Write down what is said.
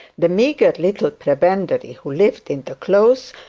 the meagre little prebendary who lived in the close,